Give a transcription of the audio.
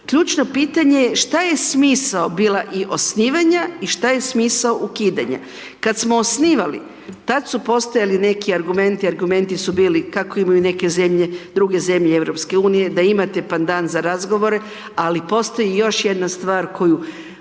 Ključno pitanje je šta je smisao bila i osnivanja i šta je smisao ukidanja. Kad smo osnivali, tad su postojali neki argumenti su bili kako imaju neke zemlje, druge zemlje EU-a, da imate pandan za razgovore ali postoji još jedna stvar koju